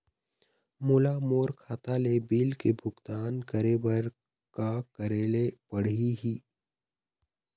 मोला मोर खाता ले बिल के भुगतान करे बर का करेले पड़ही ही?